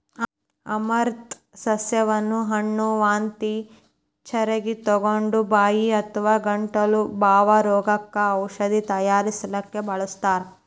amaranth ಸಸ್ಯವನ್ನ ಹುಣ್ಣ, ವಾಂತಿ ಚರಗಿತೊಗೊಂಡ, ಬಾಯಿ ಅಥವಾ ಗಂಟಲ ಬಾವ್ ರೋಗಕ್ಕ ಔಷಧ ತಯಾರಿಸಲಿಕ್ಕೆ ಬಳಸ್ತಾರ್